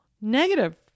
negative